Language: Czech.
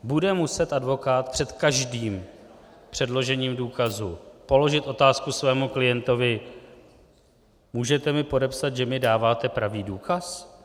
Bude muset advokát před každým předložením důkazu položit otázku svému klientovi: můžete mi podepsat, že mi dáváte pravý důkaz?